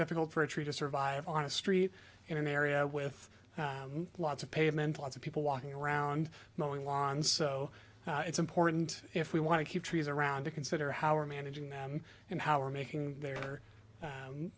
difficult for a tree to survive on a street in an area with lots of pavement lots of people walking around knowing lawns so it's important if we want to keep trees around to consider how are managing them and how are making their